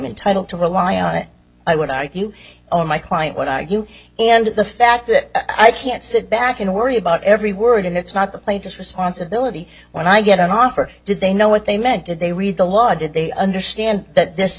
mean title to rely on it i would argue oh my client what are you and the fact that i can't sit back and worry about every word and it's not the plaintiff responsibility when i get an offer did they know what they meant did they read the law did they understand that this